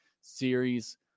series